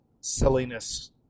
silliness